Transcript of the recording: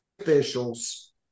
officials